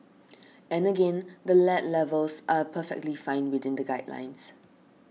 and again the lead levels are perfectly fine within the guidelines